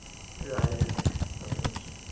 ꯌꯥꯏ ꯌꯥꯏ ꯆꯠꯃꯤꯟꯅꯁꯤ